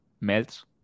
melts